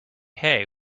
hay